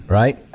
right